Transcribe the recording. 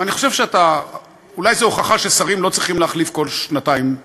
אני חושב שאולי זו הוכחה ששרים לא צריכים להחליף כל שנתיים תחום,